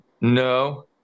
no